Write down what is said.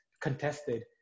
contested